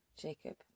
Jacob